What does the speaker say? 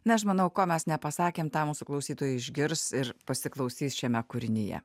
na aš manau ko mes nepasakėm tą mūsų klausytojai išgirs ir pasiklausys šiame kūrinyje